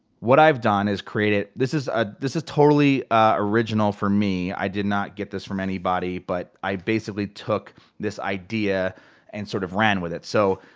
what i've done is created, this is ah this is totally original for me. i did not get this from anybody, but i basically took this idea and sort of ran with it. so,